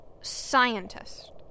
Scientist